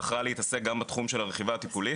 היא בחרה להתעסק גם בתחום של הרכיבה הטיפולית.